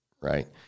right